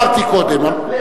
קודם לחבר הכנסת